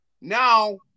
Now